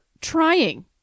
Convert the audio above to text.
trying